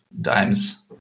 Dime's